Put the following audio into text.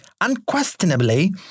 unquestionably